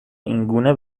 اینگونه